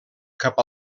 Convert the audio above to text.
cap